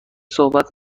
صحبت